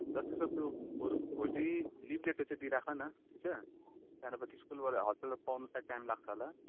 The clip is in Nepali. जति सक्दो बरू भोलि लिभ लेटर चाहिँ दिइराख न ठिक छ त्यहाँबाट पछि स्कुलबाट हस्टेलहरू पाउनु त टाइम लाग्छ होला